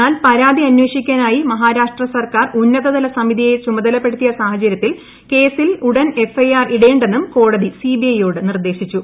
എന്നാൽ പരാതി അന്വേഷിക്കാനായി മഹാരാഷ്ട്ര സർക്കാർ ഉന്നതതല സമിതിയെ ചുമതലപ്പെടുത്തിയ സാഹചര്യത്തിൽ കേസിൽ ഉടൻ എഫ്ഐആർ ഇടേണ്ടെന്നും കോടതി സിബിഐയോട് നിർദ്ദേശിച്ചു